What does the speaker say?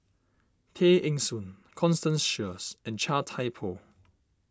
Tay Eng Soon Constance Sheares and Chia Thye Poh